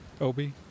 Obi